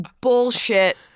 bullshit